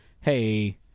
Hey